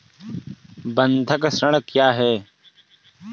बंधक ऋण क्या है?